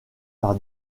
par